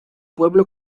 pueblo